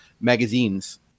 magazines